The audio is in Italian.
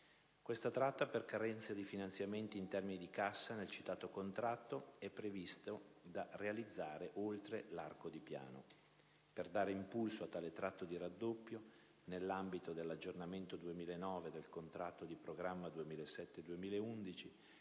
Questa tratta, per carenze di finanziamenti in termini di cassa, nel citato contratto è previsto da realizzare oltre l'arco di Piano. Per dare impulso a tale tratto di raddoppio, nell'ambito dell'aggiornamento 2009 del contratto di programma 2007-2011